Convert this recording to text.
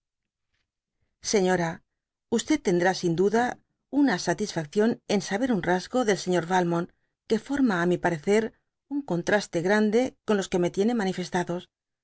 señora tendrá un duda una satisfacción en saber un rasgo del señor valmont que forma á mi parecer un contraste grande con los que me tiene manifestados